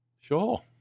Sure